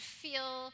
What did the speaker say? feel